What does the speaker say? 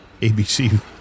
ABC